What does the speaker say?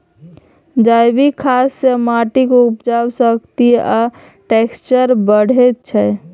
जैबिक खाद सँ माटिक उपजाउ शक्ति आ टैक्सचर बढ़ैत छै